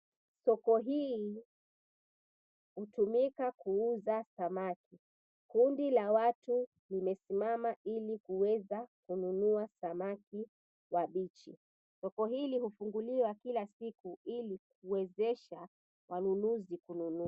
Soko hii hutumika kuuza samaki. Kundi la watu limesimama ili kuweza kununua samaki wabichi. Soko hili hufunguliwa kila siku ili kuwezesha wanunuzi kununua.